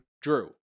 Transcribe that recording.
Drew